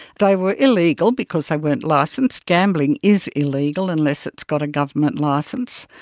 they were illegal because they weren't licensed. gambling is illegal unless it's got a government licence.